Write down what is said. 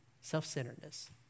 self-centeredness